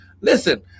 Listen